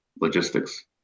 logistics